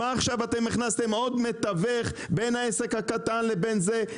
עכשיו הכנסתם מתווך נוסף בין העסק הקטן לבין זה?